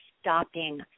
stopping